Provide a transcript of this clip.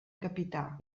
capità